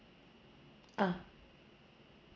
ah